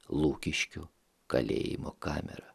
lukiškių kalėjimo kamerą